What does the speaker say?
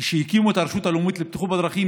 כשהקימו את הרשות הלאומית לבטיחות בדרכים,